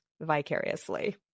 vicariously